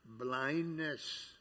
Blindness